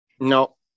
No